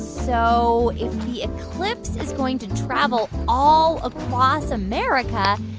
so if the eclipse is going to travel all across america,